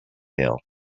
pail